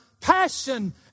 passion